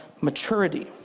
maturity